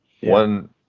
One